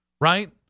right